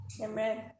amen